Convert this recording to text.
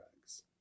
drugs